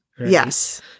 Yes